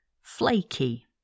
Flaky